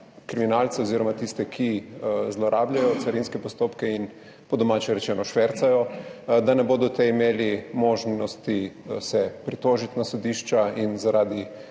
kriminalce oziroma tiste, ki zlorabljajo carinske postopke in po domače rečeno švercajo, da ne bodo imeli ti možnosti se pritožiti na sodišča in zaradi